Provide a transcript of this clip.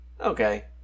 okay